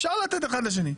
אפשר לתת אחד לשני.